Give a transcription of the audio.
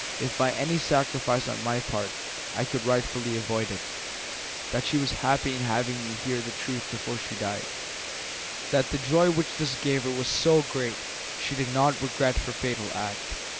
if by any sacrifice on my part i could rightfully avoid it that she was happy in having me hear the truth before she died that the joy which this gave her was so great she did not regret her fatal act,